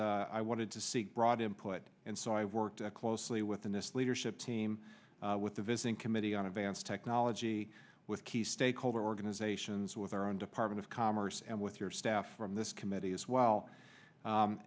that i wanted to see brought in put and so i worked closely with in this leadership team with the visiting committee on advanced technology with key stakeholder organizations with our own department of commerce and with your staff from this committee as well